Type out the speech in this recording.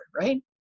right